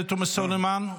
חברת הכנסת עאידה תומא סלימאן,